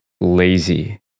lazy